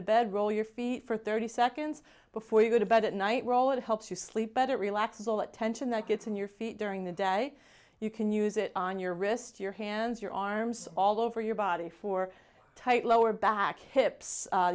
the bed roll your feet for thirty seconds before you go to bed at night roll it helps you sleep better relax all attention that gets in your feet during the day you can use it on your wrist your hands your arms all over your body for tight lower back hips